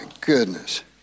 goodness